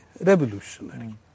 revolutionary